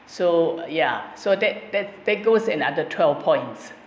so ya so that that that goes another twelve points